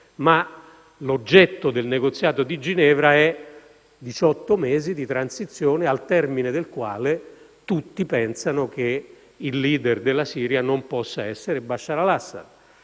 l'oggetto del negoziato di Ginevra sono i diciotto mesi di transizione, al termine dei quali tutti pensano che il *leader* della Siria non possa essere Bashar al-Assad,